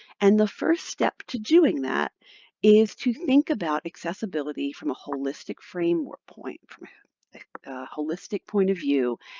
and the first step to doing that is to think about accessibility from a holistic framework point, from a holistic point of view,